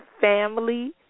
family